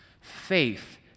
faith